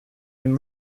been